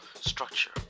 structure